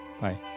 Bye